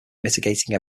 mitigating